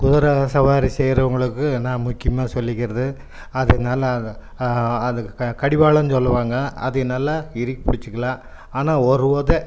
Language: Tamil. குதுரை சவாரி செய்றவங்களுக்கு நான் முக்கியமாக சொல்லிக்கிறது நல்லா அது கடிவாளம்னு சொல்லுவாங்க அதை நல்லா இறுக்கி பிடிச்சிக்கிலாம் ஆனால் ஒரு ஒதை